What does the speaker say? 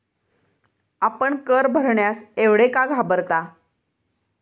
आपण कर भरण्यास एवढे का घाबरता?